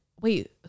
Wait